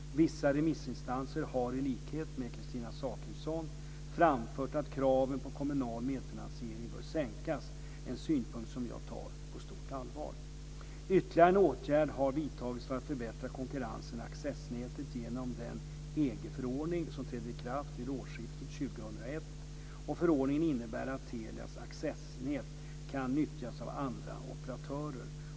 Vissa remissinstanser har i likhet med Kristina Zakrisson framfört att kraven på kommunal medfinansiering bör sänkas, en synpunkt som jag tar på stort allvar. Ytterligare en åtgärd har vidtagits för att förbättra konkurrensen i accessnätet genom den EG-förordning som trädde i kraft vid årsskiftet 2000/01. Förordningen innebär att Telias accessnät kan nyttjas av andra operatörer.